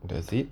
does it